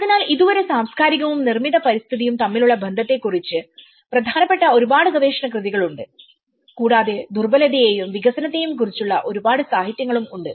അതിനാൽ ഇതുവരെ സാംസ്കാരികവും നിർമ്മിത പരിസ്ഥിതിയും തമ്മിലുള്ള ബന്ധത്തെക്കുറിച്ചുള്ള പ്രധാനപ്പെട്ട ഒരുപാട് ഗവേഷണ കൃതികൾ ഉണ്ട് കൂടാതെ ദുർബലതയെയും വികസനത്തേയും കുറിച്ചുള്ള ഒരുപാട് സാഹിത്യങ്ങളും ഉണ്ട്